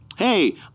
Hey